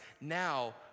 now